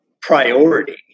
priority